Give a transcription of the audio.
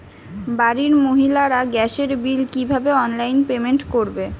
বাড়ির মহিলারা গ্যাসের বিল কি ভাবে অনলাইন পেমেন্ট করবে?